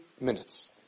minutes